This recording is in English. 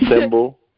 symbol